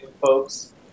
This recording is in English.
folks